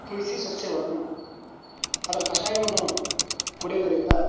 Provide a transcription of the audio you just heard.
ತುಳಸಿ ಸಸ್ಯವನ್ನು ಅದರ ಕಷಾಯವನ್ನು ಕುಡಿಯುವುದರಿಂದ